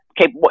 okay